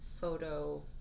photo